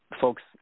folks